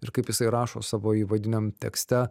ir kaip jisai rašo savo įvadiniam tekste